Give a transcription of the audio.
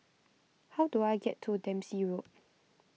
how do I get to Dempsey Road